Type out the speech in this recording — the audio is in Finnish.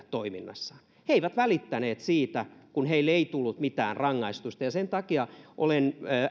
toiminnassaan he eivät välittäneet siitä kun heille ei tullut mitään rangaistusta ja sen takia olen